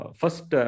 first